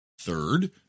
Third